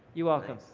you're welcome.